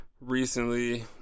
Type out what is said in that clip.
recently